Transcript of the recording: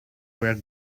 were